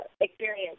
experience